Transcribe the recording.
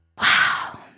Wow